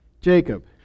Jacob